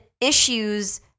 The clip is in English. issues